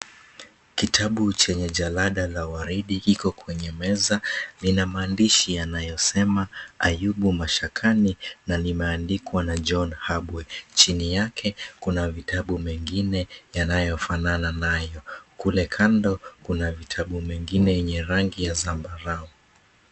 Kitabu chenye jalada la waridi iko kwenye meza , ina maandishi yanayosema ayubu mashakani na limeandikwa na John Habway. Chini yake kuna vitabu mengine yanayo fanana nayo. Kule kando kuna vitabu mengine yenye rangi ya zambarau.